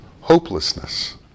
hopelessness